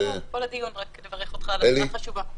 רק רוצה לברך אותך על ההצעה החשובה.